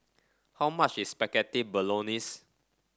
how much is Spaghetti Bolognese